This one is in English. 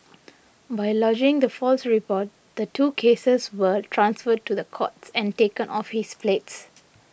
by lodging the false reports the two cases were transferred to the courts and taken off his plates